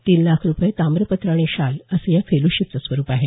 तीन लाख रुपये ताम्रपत्र आणि शाल असं या फेलोशिपचं स्वरूप आहे